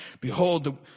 behold